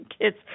kids